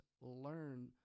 learn